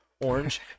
orange